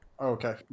Okay